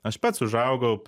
aš pats užaugau